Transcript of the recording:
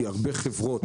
כי הרבה חברות